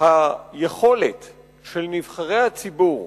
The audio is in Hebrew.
היכולת של נבחרי הציבור